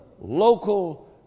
local